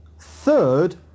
third